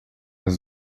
jest